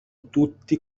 tutti